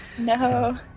No